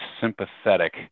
sympathetic